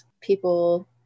people